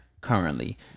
currently